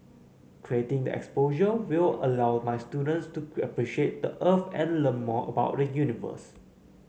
creating the exposure will allow my students to appreciate the Earth and learn more about the universe